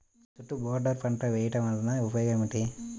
చుట్టూ బోర్డర్ పంట వేయుట వలన ఉపయోగం ఏమిటి?